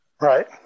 Right